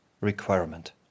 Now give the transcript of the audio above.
requirement